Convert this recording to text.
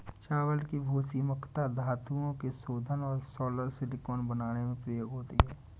चावल की भूसी मुख्यता धातुओं के शोधन और सोलर सिलिकॉन बनाने में प्रयोग होती है